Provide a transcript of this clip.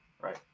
right